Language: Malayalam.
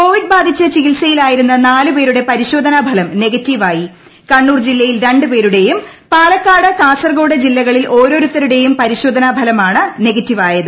കോവിഡ് ബാധിച്ച് ചികിത്സയിലായിരുന്ന നാല് പേരുടെ പരിശോധനാ ഫലം നെഗറ്റീവായി കണ്ണൂർ ജില്ലയിൽ രണ്ട് പേരുടെയും പാലക്കാട് കാസർകോഡ് ജില്ലകളിൽ ഓരോരുത്തരുടെയും പരിശോധനാ ഫലമാണ് നെഗറ്റീവായത്